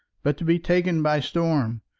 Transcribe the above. but to be taken by storm.